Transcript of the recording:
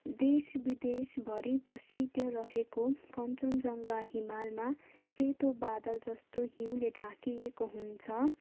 देश विदेशभरी प्रसिद्ध रहेको कञ्चनजङ्घा हिमालमा सेतो बादल जस्तो हिउँले ढाकिएको हुन्छ